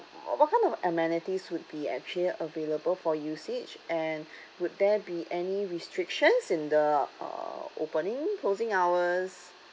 what kind of amenities would be actually available for usage and would there be any restrictions in the uh opening closing hours